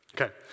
Okay